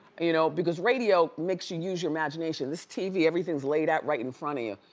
you know, because radio makes you use your imagination. this tv, everything is laid out right in front of you.